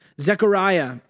Zechariah